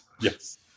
Yes